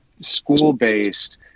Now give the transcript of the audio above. school-based